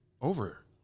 Over